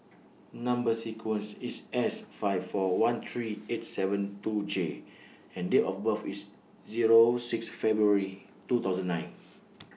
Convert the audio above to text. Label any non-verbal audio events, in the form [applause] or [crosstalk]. Number sequence IS S five four one three eight seven two J and Date of birth IS Zero six February two thousand nine [noise]